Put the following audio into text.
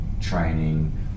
training